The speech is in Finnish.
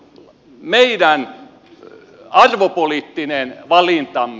se on meidän arvopoliittinen valintamme